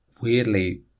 weirdly